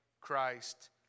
Christ